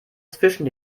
zwischen